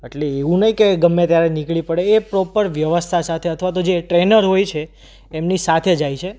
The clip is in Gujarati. એટલે એવું નહીં કે ગમે ત્યારે નીકળી પડે એ પ્રોપર વ્યવસ્થા સાથે અથવા તો જે ટ્રેનર હોય છે એમની સાથે જાય છે